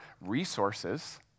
resources